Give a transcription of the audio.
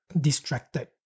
distracted